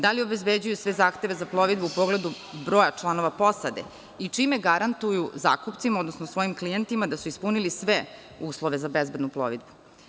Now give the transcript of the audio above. Da li obezbeđuju sve zahteve za plovidbu u pogledu broja članova posade i čime garantuju zakupcima, odnosno svojim klijentima da su ispunili sve uslove za bezbednu plovidbu.